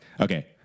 okay